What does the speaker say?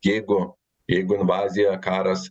jeigu jeigu invazija karas